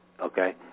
Okay